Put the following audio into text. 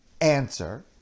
answer